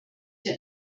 der